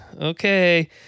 okay